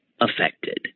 affected